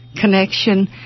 connection